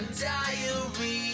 diary